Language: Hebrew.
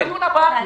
לדיון הבא,